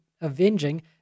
avenging